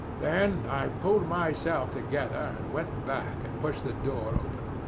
then i pulled myself together and went back and pushed the door open.